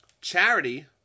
charity